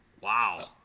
Wow